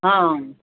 हँ